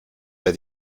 wer